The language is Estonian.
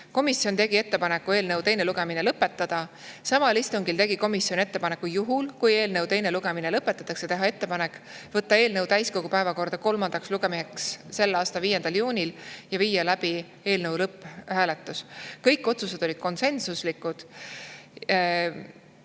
Komisjon tegi ettepaneku eelnõu teine lugemine lõpetada. Samal istungil tegi komisjon ettepaneku, et juhul kui eelnõu teine lugemine lõpetatakse, teha ettepanek võtta eelnõu täiskogu päevakorda kolmandaks lugemiseks selle aasta 5. juunil ja viia läbi eelnõu lõpphääletus. Kõik otsused olid konsensuslikud.